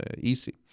easy